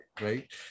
right